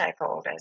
stakeholders